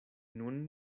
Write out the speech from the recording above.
nun